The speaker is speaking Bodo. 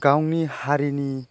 गावनि हारिनि